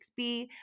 6B